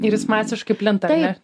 ir jis masiškai plinta ar ne